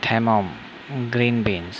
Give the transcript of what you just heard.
थॅमॉम green beans